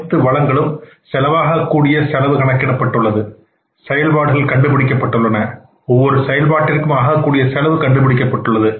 அனைத்து வளங்களுக்கும் செலவாகக் கூடிய செலவு கணக்கிடப்பட்டுள்ளது செயல்பாடுகள் கண்டுபிடிக்கப்பட்டன ஒவ்வொரு செயல்பாட்டிற்கும் ஆக்க்கூடிய செலவு கண்டுபிடிக்கப்பட்டுள்ளது